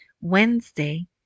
Wednesday